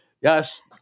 Yes